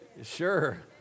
Sure